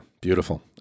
beautiful